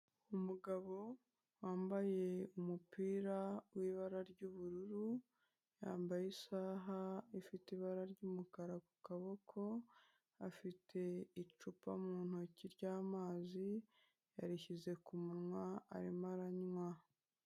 Umugabo wambaye umupira w'ibara ry'ubururu, yambaye isaha ifite ibara ry'umukara ku kaboko, afite icupa mu ntoki ry'amazi yarishyize ku munwa, arimo aranywa.